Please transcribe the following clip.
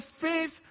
faith